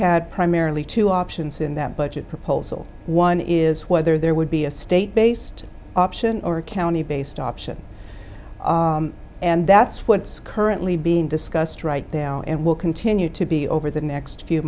had primarily two options in that budget proposal one is whether there would be a state based option or a county based option and that's what's currently being discussed right now and will continue to be over the next few